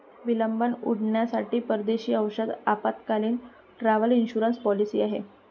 विलंब उड्डाणांसाठी परदेशी औषध आपत्कालीन, ट्रॅव्हल इन्शुरन्स पॉलिसी आहे